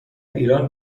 ایران